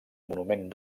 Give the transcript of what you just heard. monument